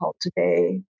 today